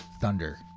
Thunder